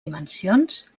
dimensions